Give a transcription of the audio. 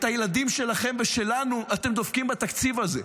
את הילדים שלכם ושלנו אתם דופקים בתקציב הזה.